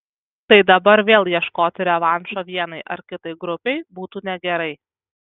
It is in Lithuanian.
tai dabar vėl ieškoti revanšo vienai ar kitai grupei būtų negerai